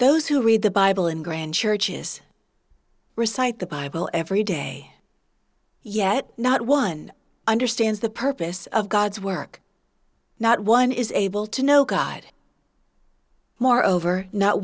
those who read the bible in grand churches recite the bible every day yet not one understands the purpose of god's work not one is able to know god more over not